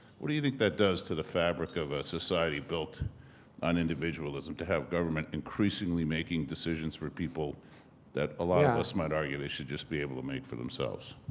what do you think that does to the fabric of a society built on individualism, to have government increasingly making decisions for people that a lot of us might argue they should just be able to make for themselves?